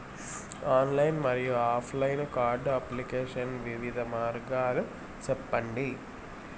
Online మరియు offline card application వివిధ మార్గాలు సెప్పండి?